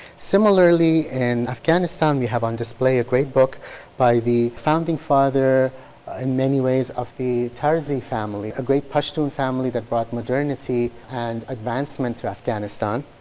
similarly in afghanistan, we have on display a great book by the founding father in many ways of the tarzi family. a great pashtun family that brought modernity and advancement to afghanistan.